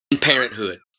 Parenthood